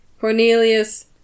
Cornelius